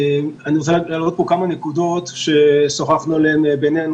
אני רוצה להעלות כמה נקודות ששוחחנו עליהן בינינו,